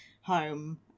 home